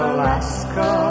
Alaska